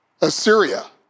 Assyria